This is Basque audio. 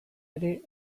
ere